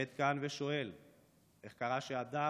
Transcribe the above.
אני עומד כאן ושואל איך קרה שהדר,